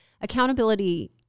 accountability